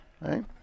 right